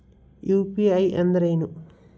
UPI ಅಂದ್ರೇನು?